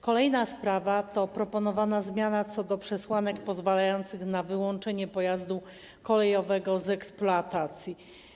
Kolejna sprawa to proponowana zmiana co do przesłanek pozwalających na wyłączenie pojazdu kolejowego z eksploatacji.